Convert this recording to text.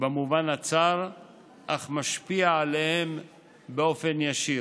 במובן הצר אך משפיע עליהם באופן ישיר.